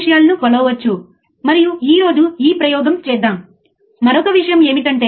అది మీ slew rate అర్థం చేసుకోవడం చాలా సులభం కాదా